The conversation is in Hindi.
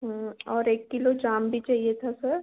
और किलो जाम भी चाहिए था सर